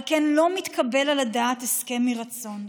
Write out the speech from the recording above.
על כן לא מתקבל על הדעת הסכם מרצון,